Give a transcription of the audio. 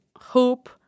hope